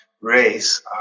race